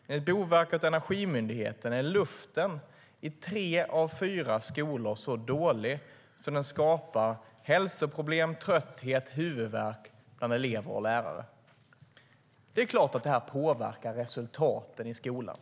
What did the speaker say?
Enligt Boverket och Energimyndigheten är luften i tre av fyra skolor så dålig att den skapar hälsoproblem, trötthet och huvudvärk bland elever och lärare. Det är klart att det påverkar resultaten i skolan.